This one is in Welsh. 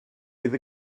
fydd